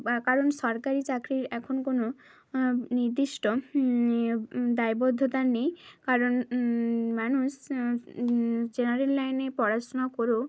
কারণ সরকারি চাকরির এখন কোনো নির্দিষ্ট দায়বদ্ধতা নেই কারণ মানুষ জেনারেল লাইনে পড়াশোনা করেও